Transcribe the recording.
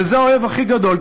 וזה האויב הכי גדול,